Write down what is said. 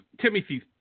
Timothy